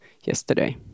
yesterday